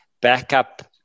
backup